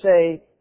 say